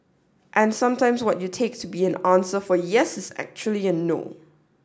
and sometimes what you take to be an answer for yes is actually a no